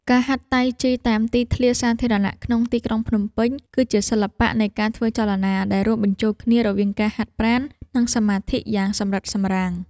ការហាត់តៃជីតាមទីធ្លាសាធារណៈក្នុងទីក្រុងភ្នំពេញ គឺជាសិល្បៈនៃការធ្វើចលនាដែលរួមបញ្ចូលគ្នារវាងការហាត់ប្រាណ និងសមាធិយ៉ាងសម្រិតសម្រាំង។